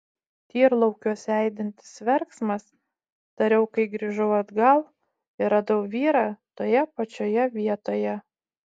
tyrlaukiuose aidintis verksmas tariau kai grįžau atgal ir radau vyrą toje pačioje vietoje